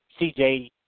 CJ